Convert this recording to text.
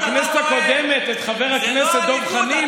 בכנסת הקודמת את חבר הכנסת דב חנין,